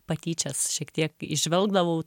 patyčias šiek tiek įžvelgdavau